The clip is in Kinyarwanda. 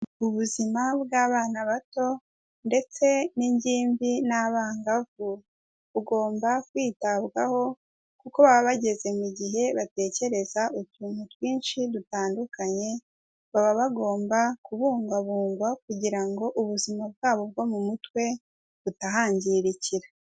Ubuzima bw'abana bato ndetse n'ingimbi n'abangavu, bugomba kwitabwaho kuko baba bageze mu gihe batekereza utuntu twinshi dutandukanye, baba bagomba kubugwabungwa kugira ngo ubuzima bwabo bwo mu mutwe butahangirikira.